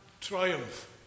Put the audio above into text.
triumph